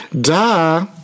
Duh